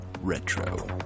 Retro